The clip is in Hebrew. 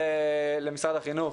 למשרד החינוך,